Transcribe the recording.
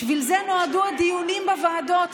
בשביל זה נועדו הדיונים בוועדות.